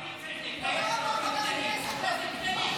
צריך להתבייש באופן כללי.